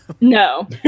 No